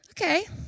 okay